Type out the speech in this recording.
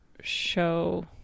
show